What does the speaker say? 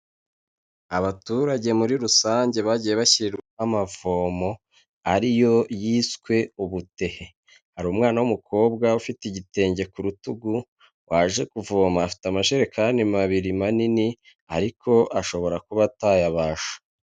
Abaturage muri rusange bagiye bashyirirwaho amavomo ariyo yiswe ubudehe, hari umwana w'umukobwa ufite igitenge ku rutugu waje kuvoma, afite amajerekani ma abiri manini ariko ashobora kuba atayabasha.